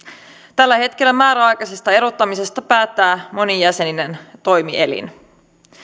tällä hetkellä määräaikaisesta erottamisesta päättää monijäseninen toimielin